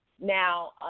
Now